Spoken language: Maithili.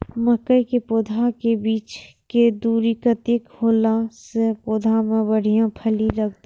मके के पौधा के बीच के दूरी कतेक होला से पौधा में बढ़िया फली लगते?